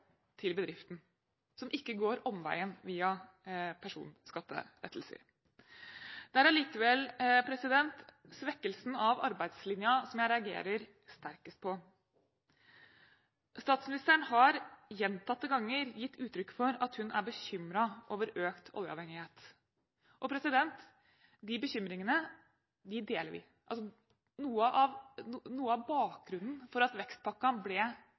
til bedriften, som ikke går omveien via personskattelettelser. Det er allikevel svekkelsen av arbeidslinja som jeg reagerer sterkest på. Statsministeren har gjentatte ganger gitt uttrykk for at hun er bekymret over økt oljeavhengighet. De bekymringene deler vi. Noe av bakgrunnen for at vekstpakka ble